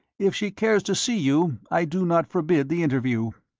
if she cares to see you i do not forbid the interview.